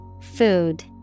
Food